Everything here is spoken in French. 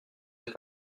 êtes